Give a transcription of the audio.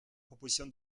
proposition